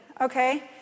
Okay